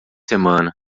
semana